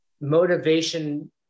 motivation